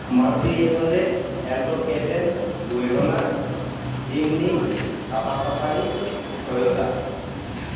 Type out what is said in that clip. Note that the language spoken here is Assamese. Maruti eight hundred Alto K ten WagonR Jimny Tata Safari Toyota